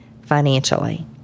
financially